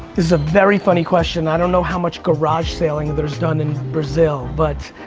is a very funny question. i don't know how much garage sale-ing there's done in brazil but.